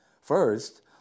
First